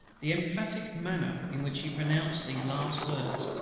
the emphatic manner in which he pronounced these last words,